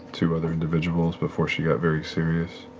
two other individuals before she got very serious?